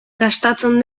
gastatzen